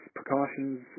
precautions